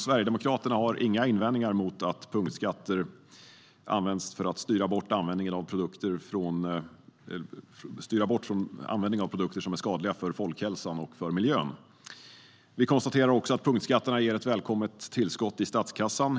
Sverigedemokraterna har inga invändningar mot att punktskatter används för att styra bort användningen av produkter som är skadliga för folkhälsan och miljön. Vi konstaterar att punktskatterna ger ett välkommet tillskott i statskassan.